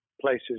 places